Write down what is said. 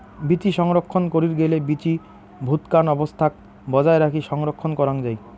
বীচি সংরক্ষণ করির গেইলে বীচি ভুতকান অবস্থাক বজায় রাখি সংরক্ষণ করাং যাই